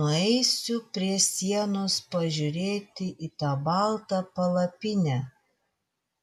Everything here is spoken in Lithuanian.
nueisiu prie sienos pažiūrėti į tą baltą palapinę